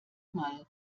mal